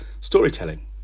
storytelling